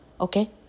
Okay